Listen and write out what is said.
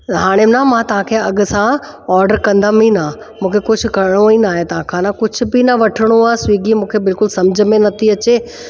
हाणे न मां तव्हांखे अॻु सां ऑडर कंदम इहा न मूंखे कुझु करिणो ई न आहे तांखां न कुझु बि न वठणो आहे स्विगी मूंखे बिल्कुलु सम्झ में नथी अचे